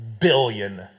billion